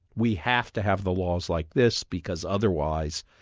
we have to have the laws like this, because otherwise.